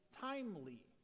timely